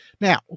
Now